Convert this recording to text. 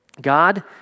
God